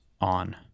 on